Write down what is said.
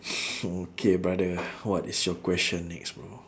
okay brother what is your question next bro